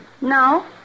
No